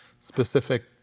specific